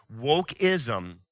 Wokeism